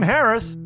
Harris